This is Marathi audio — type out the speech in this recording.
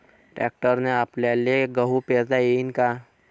ट्रॅक्टरने आपल्याले गहू पेरता येईन का?